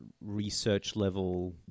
research-level